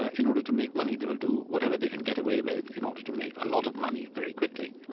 ah in order to make money. they will do whatever they can get away with in order to make a lot of money very quickly.